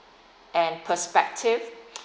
and perspective